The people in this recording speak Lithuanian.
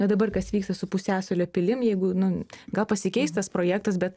o dabar kas vyksta su pusiasalio pilim jeigu nu gal pasikeis tas projektas bet